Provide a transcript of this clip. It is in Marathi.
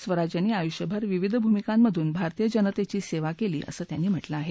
स्वराज यांनी आयुष्यभर विविध भूमिकांमधून भारतीय जनेची सेवा केली असं त्यांनी म्हटलं आहे